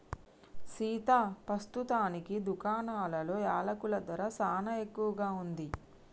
సీతా పస్తుతానికి దుకాణాలలో యలకుల ధర సానా ఎక్కువగా ఉంది